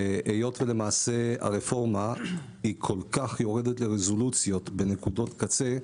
היות ולמעשה הרפורמה כל כך יורדת לרזולוציות בנקודות קצה,